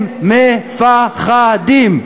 הם מפחדים.